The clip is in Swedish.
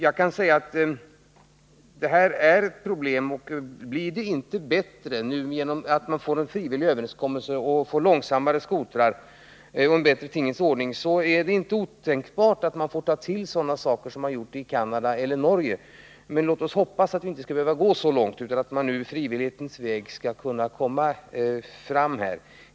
Jag kan säga att det här är ett problem, och blir det inte bättre genom att man får en frivillig överenskommelse om långsammare skotrar och en bättre tingens ordning, så är det inte otänkbart att vi får ta till sådana åtgärder som man vidtagit i Canada och Norge. Men låt oss hoppas att det inte skall behöva gå så långt, utan att man nu skall kunna komma fram på frivillighetens väg.